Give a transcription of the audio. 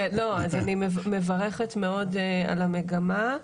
אז אני מברכת מאוד על המגמה.